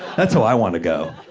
that's how i want to go.